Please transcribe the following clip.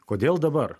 kodėl dabar